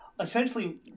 Essentially